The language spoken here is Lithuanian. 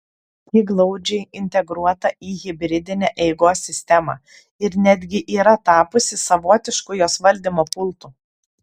ji glaudžiai integruota į hibridinę eigos sistemą ir netgi yra tapusi savotišku jos valdymo pultu